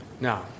Now